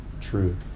true